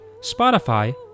Spotify